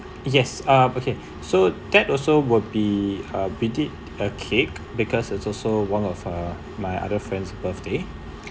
yes um okay so that also will be uh with it a cake because it's also one of uh my other friend's birthday